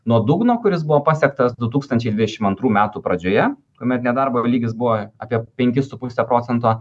nuo dugno kuris buvo pasiektas du tūkstančiai dvidešimt antrų metų pradžioje kuomet nedarbo lygis buvo apie penkis su puse procento